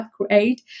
upgrade